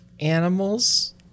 animals